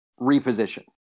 reposition